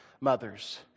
mothers